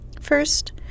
First